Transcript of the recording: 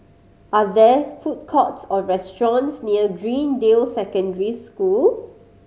are there food courts or restaurants near Greendale Secondary School